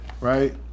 right